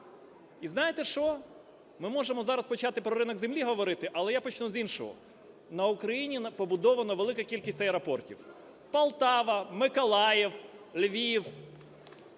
І знаєте, що. Ми можемо зараз почати про ринок землі говорити, але я почну з іншого. На Україні побудовано велику кількість аеропортів: "Полтава", "Миколаїв", "Львів",